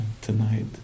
tonight